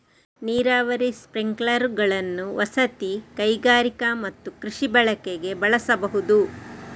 ನೀರಾವರಿ ಸ್ಪ್ರಿಂಕ್ಲರುಗಳನ್ನು ವಸತಿ, ಕೈಗಾರಿಕಾ ಮತ್ತು ಕೃಷಿ ಬಳಕೆಗೆ ಬಳಸಬಹುದು